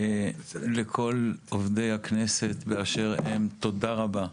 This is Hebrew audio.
לכל עובדי הכנסת באשר הם, תודה רבה.